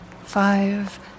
five